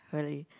hurry